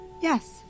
yes